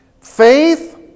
Faith